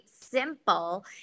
simple